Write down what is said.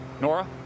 Nora